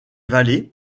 vallées